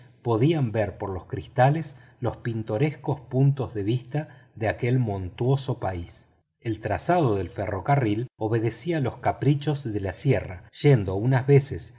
podían ver por los cristales los pintorescos puntos de vista de aquel montañoso país el trazado del ferrocarril obedecía los caprichos de la sierra yendo unas veces